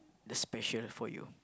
the special for you